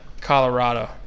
Colorado